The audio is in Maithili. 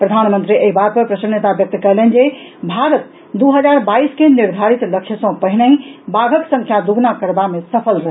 प्रधानमंत्री एहि बात पर प्रसन्नता व्यक्त कयलनि जे भारत दू हजार बाईस के निर्धारित लक्ष्य सॅ पहिनहिं बाघक संख्या दुगुना करबा मे सफल रहल